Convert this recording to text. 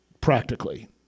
Practically